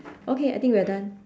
okay I think we are done